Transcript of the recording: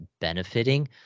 benefiting